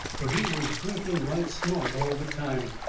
fur he was drinking right smart all the time.